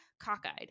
cockeyed